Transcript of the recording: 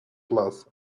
plaza